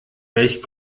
welch